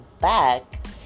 back